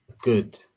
good